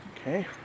Okay